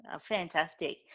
fantastic